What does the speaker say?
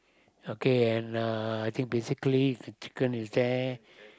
okay and uh I think basically a chicken is there